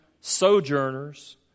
sojourners